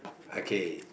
are K